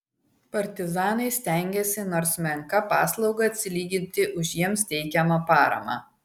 partizanai stengėsi nors menka paslauga atsilyginti už jiems teikiamą paramą